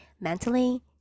mentally